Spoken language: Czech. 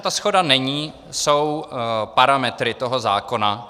Na čem shoda není, jsou parametry toho zákona.